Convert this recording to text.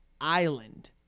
island